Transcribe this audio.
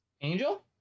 angel